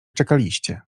czekaliście